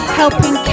helping